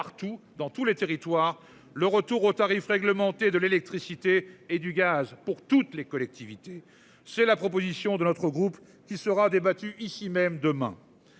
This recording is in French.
partout dans tous les territoires. Le retour aux tarifs réglementés de l'électricité et du gaz pour toutes les collectivités. C'est la proposition de notre groupe qui sera débattue ici même demain.--